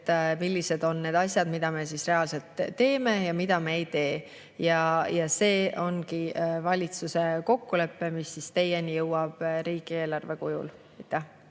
millised on need asjad, mida me siis reaalselt teeme ja mida me ei tee. Ja see ongi valitsuse kokkulepe, mis teieni jõuab riigieelarve kujul.